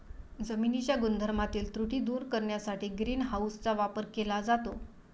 जमिनीच्या गुणधर्मातील त्रुटी दूर करण्यासाठी ग्रीन हाऊसचा वापर केला जातो